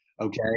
Okay